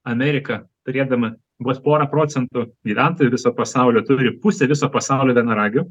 amerika turėdama vos pora procentų gyventojų viso pasaulio turi pusę viso pasaulio vienaragių